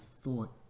thought